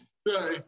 sorry